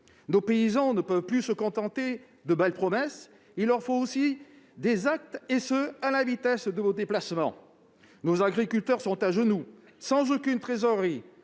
Nos paysans ne peuvent plus se contenter de belles promesses ; il leur faut aussi des actes, à la vitesse de vos déplacements. Nos agriculteurs sont à genoux, sans aucune trésorerie,